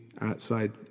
outside